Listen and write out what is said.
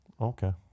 Okay